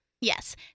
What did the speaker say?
Yes